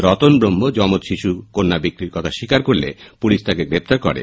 রতন এবং যমজ শিশু কন্যা বিক্রির কথা স্বীকার করলে পুলিশ তাকে গ্রেফতার করেছে